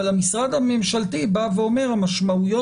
אבל המשרד הממשלתי אומר שמשמעויות